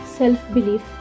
self-belief